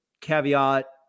caveat